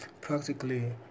practically